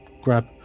grab